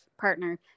partner